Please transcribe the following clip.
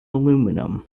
aluminium